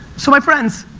so my friends,